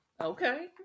Okay